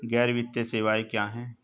गैर वित्तीय सेवाएं क्या हैं?